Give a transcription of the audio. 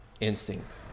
instinct